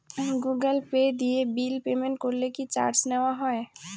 Google Pay দিয়ে bill payment করলে কি চার্জ নেওয়া হয়?